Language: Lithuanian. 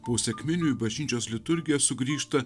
po sekminių į bažnyčios liturgiją sugrįžta